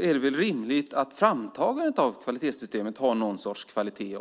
är det väl rimligt att framtagandet av kvalitetssystemet har någon sorts kvalitet.